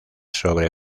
sobre